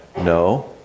No